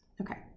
Okay